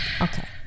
Okay